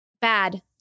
Bad